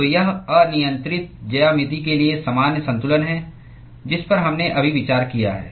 तो यह अनियन्त्रित ज्यामिति के लिए सामान्य संतुलन है जिस पर हमने अभी विचार किया है